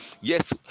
Yes